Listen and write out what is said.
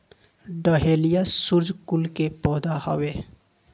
dahlia सूर्यकुल के पौधा हवे